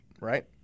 right